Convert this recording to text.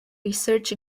research